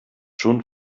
schon